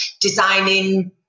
designing